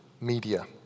media